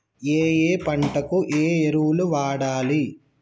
ఏయే పంటకు ఏ ఎరువులు వాడాలి?